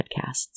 podcasts